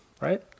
right